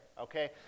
Okay